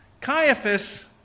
Caiaphas